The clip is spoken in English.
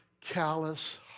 callous